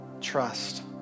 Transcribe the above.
trust